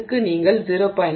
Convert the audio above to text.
4 0